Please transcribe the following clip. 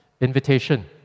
invitation